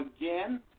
again